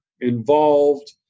involved